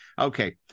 Okay